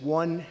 one